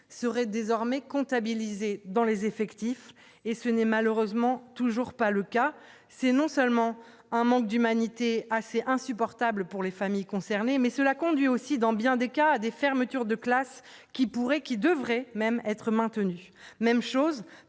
serait désormais comptabilisés dans les effectifs et ce n'est malheureusement toujours pas le cas, c'est non seulement un manque d'humanité assez insupportable pour les familles concernées mais cela conduit aussi dans bien des cas, à des fermetures de classes qui pourrait, qui devrait même être maintenus, même chose